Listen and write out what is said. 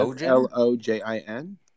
L-O-J-I-N